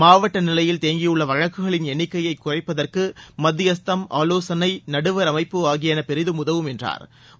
மாவட்ட நிலையில் தேங்கியுள்ள வழக்குகளின் எண்ணிக்கையை குறைப்பதற்கு மத்தியஸ்தம் ஆலோசனை நடுவர் அமைப்பு ஆகியன பெரிதும் உதவும் என்று அவர் கூறினார்